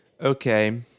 okay